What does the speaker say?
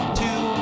two